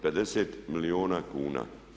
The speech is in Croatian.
50 milijuna kuna.